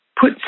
put